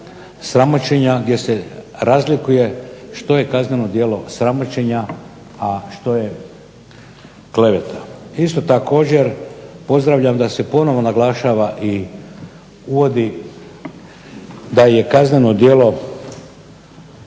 sramoćenja gdje se razlikuje što je kazneno djelo sramoćenja, a što je kleveta. Isto također pozdravljam da se ponovno naglašava i uvodi da je kazneno djelo